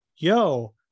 Yo